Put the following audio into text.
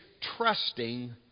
trusting